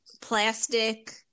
plastic